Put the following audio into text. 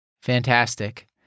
Fantastic